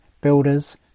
builders